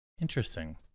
interesting